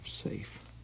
safe